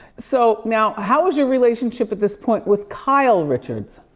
so, now how is your relationship at this point with kyle richards?